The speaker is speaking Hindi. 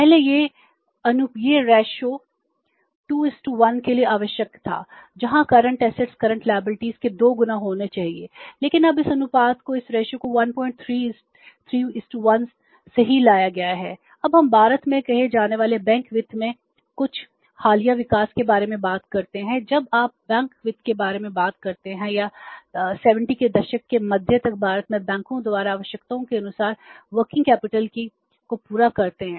पहले यह अनुपात 2 1 के लिए आवश्यक था जहां करंट असेट्स की आवश्यकता को पूरा करते हैं